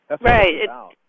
Right